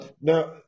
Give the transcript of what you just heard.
Now